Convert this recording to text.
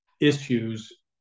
issues